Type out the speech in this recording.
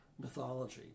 mythology